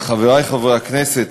חברי חברי הכנסת,